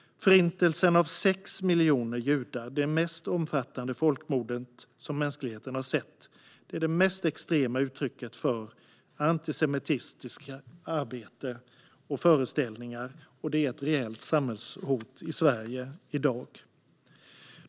Förintelsen av 6 miljoner judar - det mest omfattande folkmord som mänskligheten har sett - är det mest extrema uttrycket för antisemitiskt arbete och antisemitiska föreställningar. Det är också ett reellt samhällshot i Sverige i dag.